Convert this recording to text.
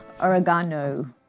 Oregano